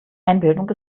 einbildung